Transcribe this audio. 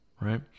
right